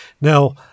Now